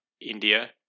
India